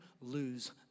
lose